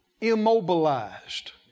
immobilized